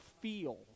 feel